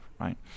right